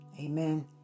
Amen